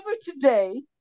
today